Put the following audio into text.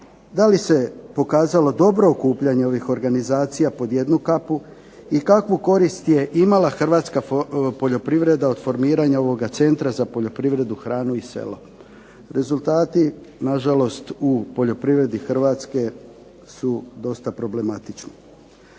da li se pokazalo dobro okupljanje ovih organizacija pod jednu kapu i kakvu korist je imala hrvatska poljoprivreda od formiranja ovoga Centra za poljoprivredu, hranu i selu. Rezultati nažalost u poljoprivredi Hrvatske su dosta problematični.